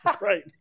Right